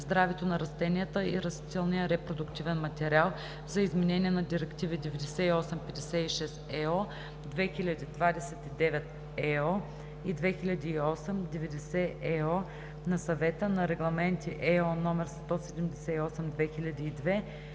здравето на растенията и растителния репродуктивен материал, за изменение на директиви 98/56/ЕО, 2000/29/ЕО и 2008/90/ЕО на Съвета, на регламенти (ЕО) № 178/2002,